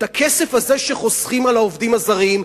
את הכסף הזה שחוסכים על העובדים הזרים,